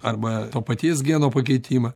arba to paties geno pakeitimą